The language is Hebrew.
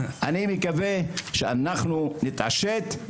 אני מקווה שאנחנו נתעשת,